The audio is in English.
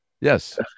Yes